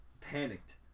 panicked